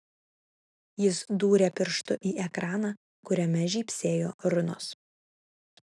jis dūrė pirštu į ekraną kuriame žybsėjo runos